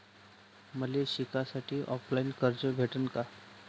मले शिकासाठी ऑफलाईन कर्ज भेटन का?